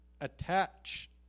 attach